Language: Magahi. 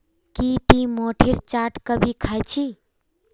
की टी मोठेर चाट कभी ख़या छि